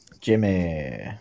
Jimmy